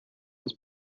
was